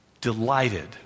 delighted